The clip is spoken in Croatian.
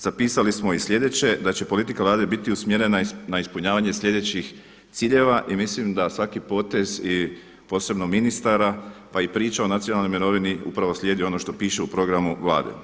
Zapisali smo i sljedeće, da će politika Vlade biti usmjerena na ispunjavanje sljedećih ciljeva i mislim da svaki potez, posebno ministara, pa i priča o nacionalnoj mirovini upravo slijedi ono što piše u programu Vlade.